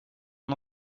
mon